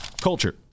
Culture